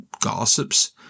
gossips